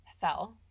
fell